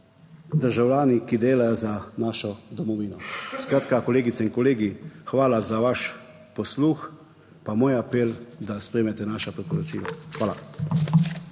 državljani, ki delajo za našo domovino. Skratka, kolegice in kolegi, hvala za vaš posluh pa moj apel, da sprejmete naša priporočila. Hvala.